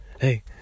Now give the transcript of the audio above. Hey